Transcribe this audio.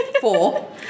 four